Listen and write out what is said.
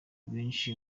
benshi